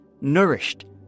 nourished